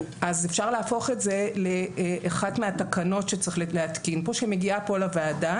אז אפשר להפוך את זה לאחת מהתקנות שצריך להתקין כאן שמגיעה כאן לוועדה.